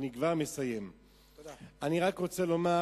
אני רק רוצה לומר